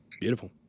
beautiful